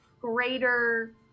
greater